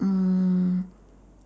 mm